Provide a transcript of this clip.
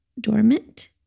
dormant